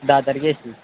धा तारखे आसली